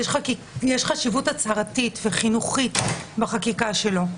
יש חשיבות הצהרתית וחינוכית בחקיקה שלו.